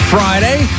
Friday